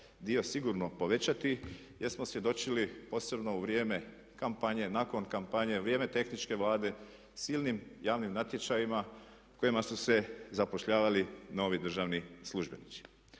dio sigurno povećati jer smo svjedočili posebno u vrijeme kampanje, nakon kampanje, vrijeme tehničke Vlade, silnim javnim natječajima kojima su se zapošljavali novi državni službenici.